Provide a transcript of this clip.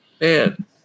Man